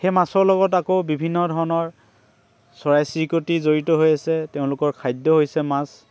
সেই মাছৰ লগত আকৌ বিভিন্ন ধৰণৰ চৰাই চিৰিকতি জড়িত হৈ আছে তেওঁলোকৰ খাদ্য হৈছে মাছ